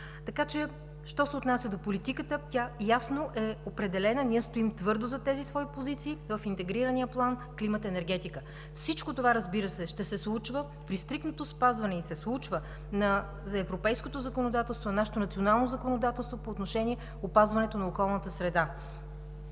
Що се отнася до политиката, тя ясно е определена, ние стоим твърдо зад тези свои позиции в интегрирания план „Енергетика и климат“. Всичко това, разбира се, ще се случва и се случва при стриктното спазване на европейското законодателство, на нашето национално законодателство по отношение опазването на околната среда.